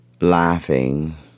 laughing